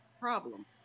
problem